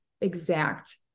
exact